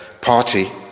party